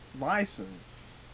license